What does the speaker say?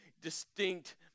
distinct